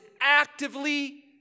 actively